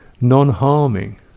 non-harming